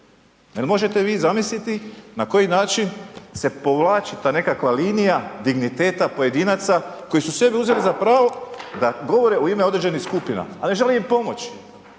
možete vi zamisliti na koji način se povlači ta nekakva linija digniteta pojedinaca koji su sebi uzeli za pravo da govore u ime određenih skupina, a ne žele im pomoći?